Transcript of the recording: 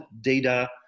data